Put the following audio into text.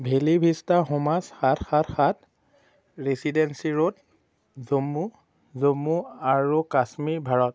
valley vista homes সাত সাত সাত ৰেচিডেন্সি ৰোড জম্মু জম্মু আৰু কাশ্মীৰ ভাৰত